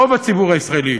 רוב הציבור הישראלי